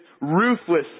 ruthless